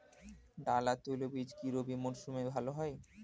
ডাল আর তৈলবীজ কি রবি মরশুমে ভালো হয়?